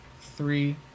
Three